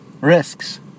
risks